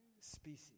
species